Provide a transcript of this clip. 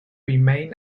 remained